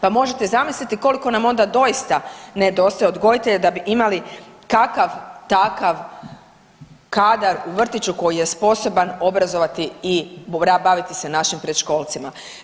Pa možete zamisliti koliko nam onda doista nedostaje odgojitelja da bi imali kakav takav kadar u vrtiću koji je sposoban obrazovati i baviti se našim predškolcima.